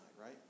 right